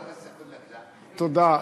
תודה.